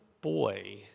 boy